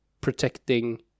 protecting